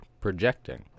projecting